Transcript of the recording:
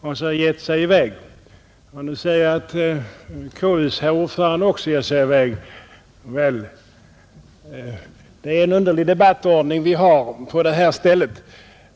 och givit sig i väg. Nu ser jag att också konstitutionsutskottets ordförande ger sig i väg. Det är en underlig debattordning vi har på det här stället.